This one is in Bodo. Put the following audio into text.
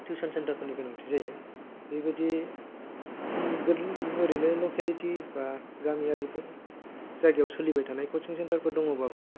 टिउसन सेन्टार फोरनि गोनांथि जायो बेबायदि ओरैनो लकेलिटि बा गामियारि जायगायाव सोलिबाय थानाय कचिं सेन्टार फोर दङबाबो